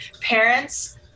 parents